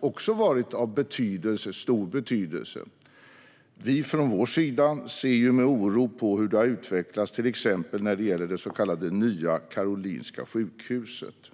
också varit av stor betydelse. Från vår sida ser vi med oro på hurdan utvecklingen har blivit vad gäller till exempel det så kallade Nya Karolinska sjukhuset.